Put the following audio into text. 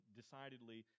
decidedly